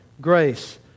grace